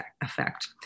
effect